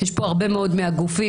יש פה הרבה מאוד מהגופים,